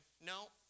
no